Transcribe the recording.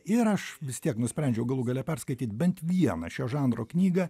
ir aš vis tiek nusprendžiau galų gale perskaityt bent vieną šio žanro knygą